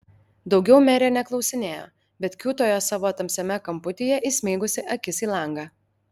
daugiau merė neklausinėjo bet kiūtojo savo tamsiame kamputyje įsmeigusi akis į langą